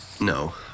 No